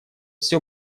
все